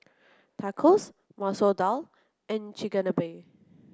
Tacos Masoor Dal and Chigenabe